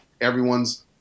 everyone's